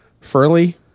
Furley